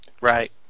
Right